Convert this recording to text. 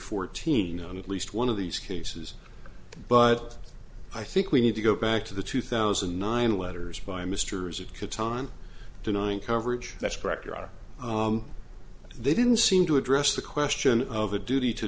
fourteen on at least one of these cases but i think we need to go back to the two thousand and nine letters by mr is it could time denying coverage that's correct or are they didn't seem to address the question of the duty to